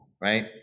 right